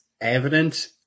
evident